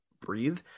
breathe